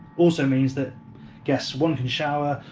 also means that guest one can shower,